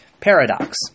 Paradox